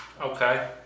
Okay